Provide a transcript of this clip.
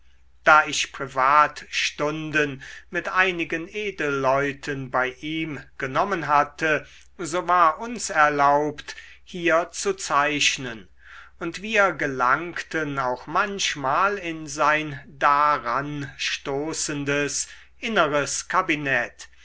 da ich privatstunden mit einigen edelleuten bei ihm genommen hatte so war uns erlaubt hier zu zeichnen und wir gelangten auch manchmal in sein daranstoßendes inneres kabinett